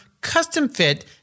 custom-fit